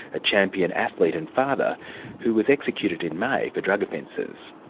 a champion athlete and father who was executed in may for drug offences.